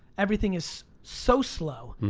everything is so slow,